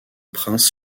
prince